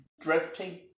drifting